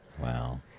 Wow